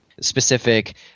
specific